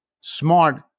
smart